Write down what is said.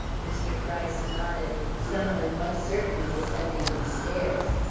mr. gryce nodded. some one was certainly descending the stairs.